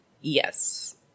Yes